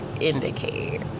indicate